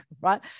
right